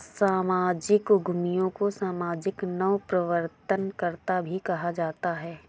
सामाजिक उद्यमियों को सामाजिक नवप्रवर्तनकर्त्ता भी कहा जाता है